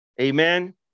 amen